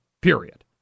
period